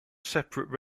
separate